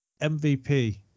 MVP